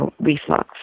reflux